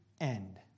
end